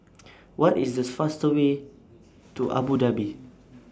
What IS The fastest Way to Abu Dhabi